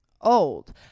old